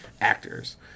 actors